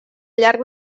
llarg